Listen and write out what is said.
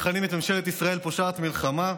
מכנים את ממשלת ישראל "פושעת מלחמה".